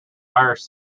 irish